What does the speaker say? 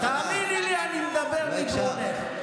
תאמיני לי, אני מדבר מגרונך.